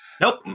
Nope